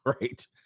right